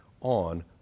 on